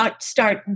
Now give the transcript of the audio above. start